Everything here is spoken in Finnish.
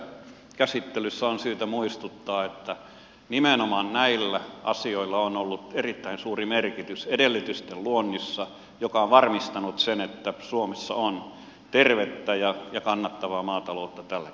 siksi tässä käsittelyssä on syytä muistuttaa että nimenomaan näillä asioilla on ollut erittäin suuri merkitys edellytysten luonnissa joka on varmistanut sen että suomessa on tervettä ja kannattavaa maataloutta tälläkin hetkellä